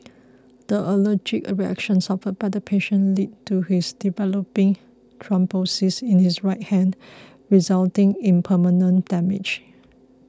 the allergic reaction suffered by the patient led to his developing thrombosis in his right hand resulting in permanent damage